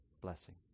blessing